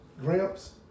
Gramps